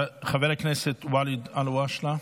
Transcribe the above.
חבר הכנסת ואליד אלהואשלה,